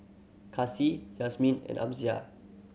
Kasih Yasmin and Amsyar